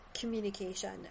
communication